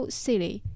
silly